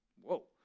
Whoa